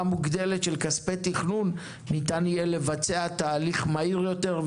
מוגדלת של כספי תכנון ניתן יהיה לבצע תהליך מהיר יותר,